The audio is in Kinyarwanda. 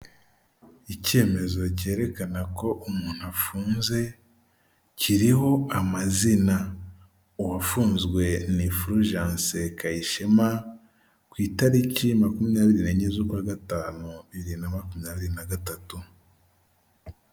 Icyemezo cyerekana ko umuntu afunze kiriho amazina, uwafunzwe ni Fulgence Kayishema, ku itariki makumyabiri n'enye z'ukwa gatanu, bibiri na makumyabiri na gatatu.